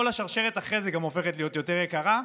כל השרשרת אחרי זה גם הופכת להיות יותר יקרה.